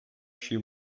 she